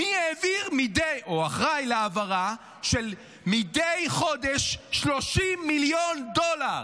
מי אחראי להעברה מדי חודש של 30 מיליון דולר,